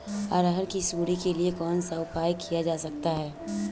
अरहर की सुंडी के लिए कौन सा उपाय किया जा सकता है?